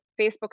Facebook